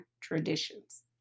traditions